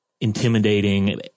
Intimidating